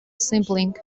sampling